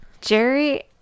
Jerry